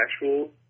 actual